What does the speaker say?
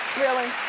really?